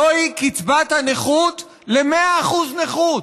זוהי קצבת הנכות ל-100% נכות.